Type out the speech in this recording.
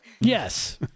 Yes